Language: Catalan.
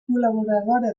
col·laboradora